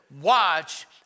watch